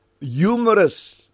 humorous